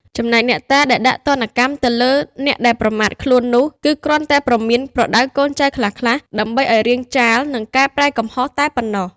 ចំណែកអ្នកតាដែលដាក់ទណ្ឌកម្មទៅលើអ្នកដែលប្រមាថខ្លួននោះ គឺគ្រាន់តែព្រមានប្រដៅកូនចៅខ្លះៗ ដើម្បីឱ្យរាងចាល និង កែប្រែកំហុសតែប៉ុណ្ណោះ។